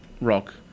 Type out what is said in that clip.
rock